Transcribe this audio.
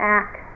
act